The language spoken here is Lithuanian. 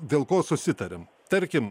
dėl ko susitariam tarkim